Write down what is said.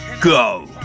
go